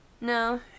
No